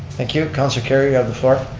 thank you. councilor kerrio, you have the floor.